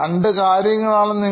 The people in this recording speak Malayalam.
രണ്ട് കാര്യങ്ങളാണ് ഇവിടെ